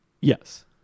Yes